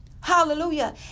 hallelujah